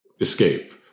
escape